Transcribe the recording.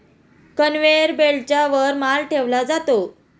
conveyor बेल्टच्या वर माल ठेवला जातो